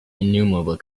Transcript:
innumerable